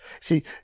See